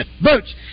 boots